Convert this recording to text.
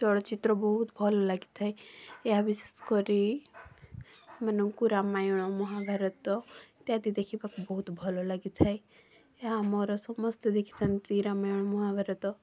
ଚଳଚ୍ଚିତ୍ର ବହୁତ ଭଲ ଲାଗିଥାଏ ଏହା ବିଶେଷ କରି ଏମାନଙ୍କୁ ରାମାୟଣ ମହାଭାରତ ଇତ୍ୟାଦି ଦେଖିବାକୁ ବହୁତ ଭଲ ଲାଗିଥାଏ ଏହା ଆମର ସମସ୍ତେ ଦେଖିଥାନ୍ତି ରାମାୟଣ ମହାଭାରତ